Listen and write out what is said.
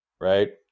right